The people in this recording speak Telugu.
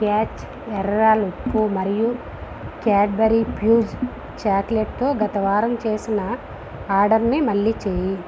క్యాచ్ ఎర్ర రాళ్ల ఉప్పు మరియు క్యాడబరి ఫ్యూజ్ చాక్లెట్తో గత వారం చేసిన ఆర్డర్నే మళ్ళీ చేయి